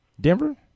Denver